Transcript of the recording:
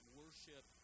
worship